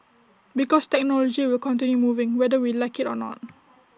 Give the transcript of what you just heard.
because technology will continue moving whether we like IT or not